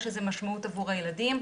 יש לזה משמעות עבור הילדים,